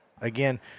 again